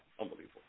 Unbelievable